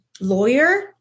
lawyer